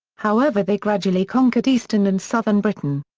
however they gradually conquered eastern and southern britain.